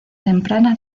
temprana